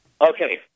Okay